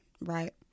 right